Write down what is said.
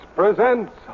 presents